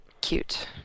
cute